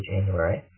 January